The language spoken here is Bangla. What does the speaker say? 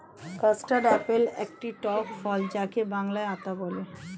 কাস্টার্ড আপেল একটি টক ফল যাকে বাংলায় আতা বলে